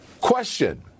Question